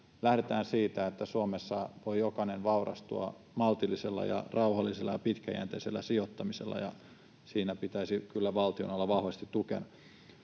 Lähdetään siitä, että Suomessa voi jokainen vaurastua maltillisella ja rauhallisella ja pitkäjänteisellä sijoittamisella, ja siinä pitäisi kyllä valtion olla vahvasti tukena.